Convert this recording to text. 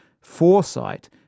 foresight